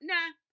Nah